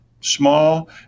small